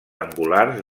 angulars